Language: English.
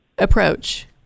approach